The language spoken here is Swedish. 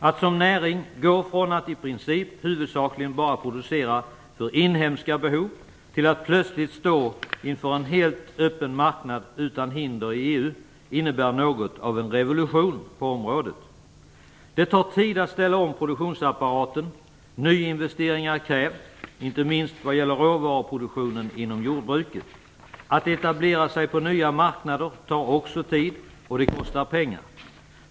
Att som näring gå från att i princip huvudsakligen bara producera för inhemska behov till att plötsligt stå inför en helt öppen marknad utan hinder i EU innebär något av en revolution på området. Det tar tid att ställa om produktionsapparaten. Nyinvesteringar krävs, inte minst vad gäller råvaruproduktionen inom jordbruket. Att etablera sig på nya marknader tar också tid, och det kostar pengar.